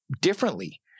differently